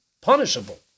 punishable